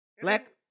Black